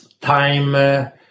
time